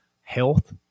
health